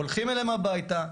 הולכים אליהם הביתה,